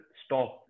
stop